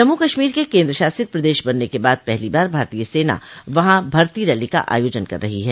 जम्मू कश्मीर के केंद्रशासित प्रदेश बनने के बाद पहली बार भारतीय सेना वहां भर्ती रैली का आयोजन कर रही है